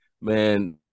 man